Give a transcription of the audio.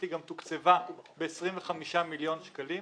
היא גם תוקצבה ב-25 מיליון שקלים.